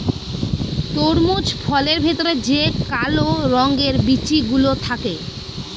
তরমুজ ফলের ভেতরে যে কালো রঙের বিচি গুলো থাকে